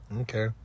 Okay